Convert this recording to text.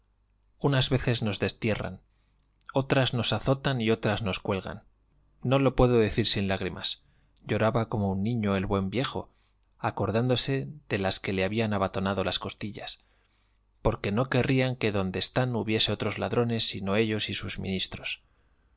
unas veces nos destierran otras nos azotan y otras nos cuelgan no lo puedo decir sin lágrimas lloraba como un niño el buen viejo acordándose de las que le habían batanado las costillas porque no querrían que donde están hubiese otros ladrones sino ellos y sus ministros